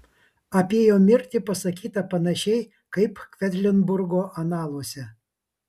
apie jo mirtį pasakyta panašiai kaip kvedlinburgo analuose